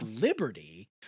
Liberty